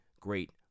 great